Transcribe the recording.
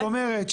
זאת אומרת,